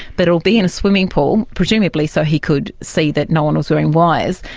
but it will be in a swimming pool presumably so he could see that no one was wearing wires,